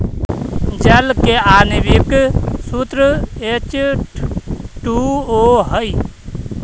जल के आण्विक सूत्र एच टू ओ हई